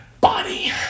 body